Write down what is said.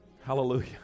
Hallelujah